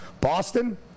Boston